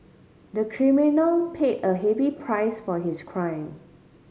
the criminal paid a heavy price for his crime